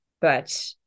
but-